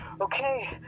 Okay